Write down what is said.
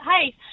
hey